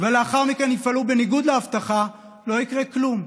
ולאחר מכן הוא יפעל בניגוד להבטחה, לא יקרה כלום.